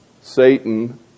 Satan